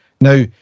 Now